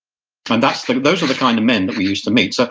and sort of those are the kind of men that we used to meet. so